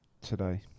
today